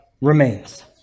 remains